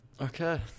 Okay